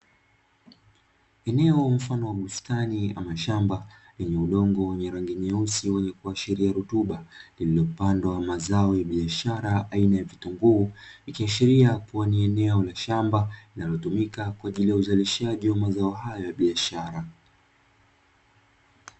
Eneo mfano wa bustani, ama shamba lenye udongo wenye rangi nyeusi wenye kuashiria rutuba, lililopandwa mazao ya biashara aina ya vitunguu, ikiashiria kuwa ni eneo la shamba linalotumika kwa ajili ya uzalishaji wa mazao hayo ya biashara.